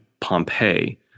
Pompeii